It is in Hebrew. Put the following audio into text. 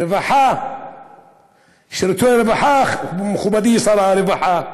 רווחה שירותי רווחה, מכובדי שר הרווחה.